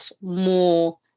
more